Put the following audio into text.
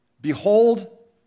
Behold